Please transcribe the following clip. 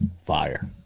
fire